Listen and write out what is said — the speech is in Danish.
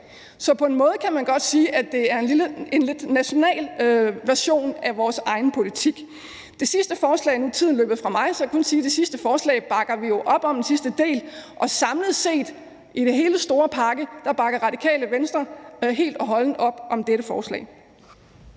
Så på en måde kan man godt sige, at det er en national version af vores egen politik. Nu er tiden ved at løbe fra mig, så jeg kan kun sige, at den sidste del af forslaget bakker vi op om, og samlet set, i forhold til den store, samlede pakke, bakker Radikale Venstre helt og holdent op om dette forslag.